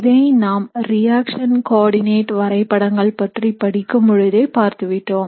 இதை நாம் reaction coordinate வரைபடங்கள் பற்றி படிக்கும் பொழுதே பார்த்துவிட்டோம்